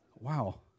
Wow